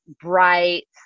bright